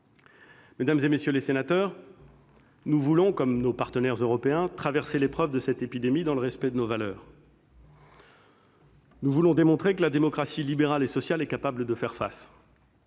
Mesdames, messieurs les sénateurs, nous voulons, comme nos partenaires européens, traverser l'épreuve de cette épidémie dans le respect de nos valeurs. Nous voulons démontrer que la démocratie libérale et sociale est capable de faire face.